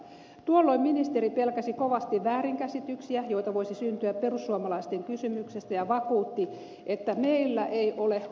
tuolloin ministeri pelkäsi kovasti väärinkäsityksiä joita voisi syntyä perussuomalaisten kysymyksestä ja vakuutti että meillä ei ole huolta